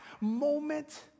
moment